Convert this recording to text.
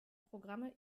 programme